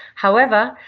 however,